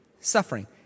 suffering